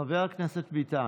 חבר הכנסת ביטן.